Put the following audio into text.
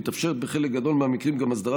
מתאפשרת בחלק גדול מהמקרים גם הסדרת